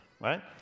right